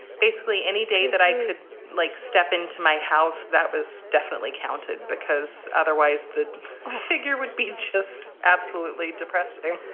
basically, any day that i could like step into my house. that was definitely counted because otherwise the figure would be just absolutely depressed. wow.